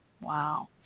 Wow